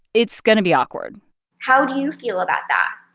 it's going to be awkward how do you feel about that?